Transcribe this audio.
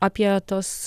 apie tuos